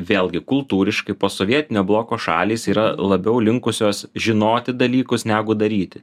vėlgi kultūriškai posovietinio bloko šalys yra labiau linkusios žinoti dalykus negu daryti